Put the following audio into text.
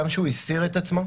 גם כשהוא הסיר את עצמו,